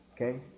Okay